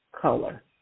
color